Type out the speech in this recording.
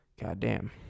Goddamn